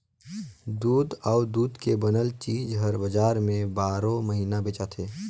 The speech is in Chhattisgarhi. दूद अउ दूद के बनल चीज हर बजार में बारो महिना बेचाथे